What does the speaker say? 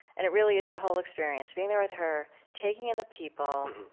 and it really is the whole experience, being there with her, taking in the people,